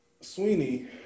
Sweeney